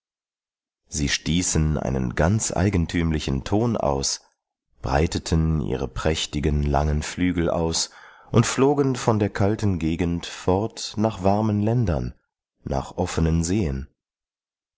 sie stießen einen ganz eigentümlichen ton aus breiteten ihre prächtigen langen flügel aus und flogen von der kalten gegend fort nach warmen ländern nach offenen seen